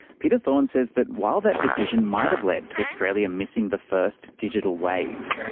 peter thorne says that while that decision might have led to australia missing the first digital wave,